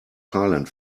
silent